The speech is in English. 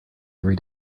every